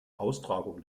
austragung